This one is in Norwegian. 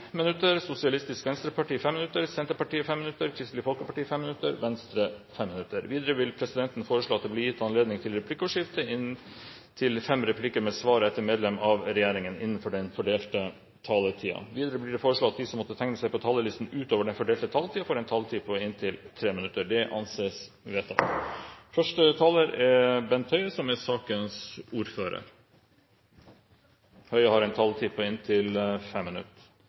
minutter, Fremskrittspartiet 15 minutter, Høyre 10 minutter, Sosialistisk Venstreparti 5 minutter, Senterpartiet 5 minutter, Kristelig Folkeparti 5 minutter og Venstre 5 minutter. Videre vil presidenten foreslå at det blir gitt anledning til replikkordskifte på inntil fem replikker med svar etter innlegg fra medlem av regjeringen innenfor den fordelte taletid. Videre blir det foreslått at de som måtte tegne seg på talerlisten utover den fordelte taletid, får en taletid på inntil 3 minutter. – Det anses vedtatt. Internasjonale undersøkelser viser at det skjer uheldige hendelser hos omtrent 10 pst. av alle pasienter som